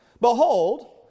behold